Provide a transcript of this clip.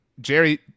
jerry